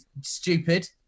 stupid